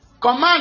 command